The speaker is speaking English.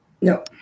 No